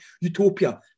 utopia